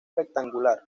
rectangular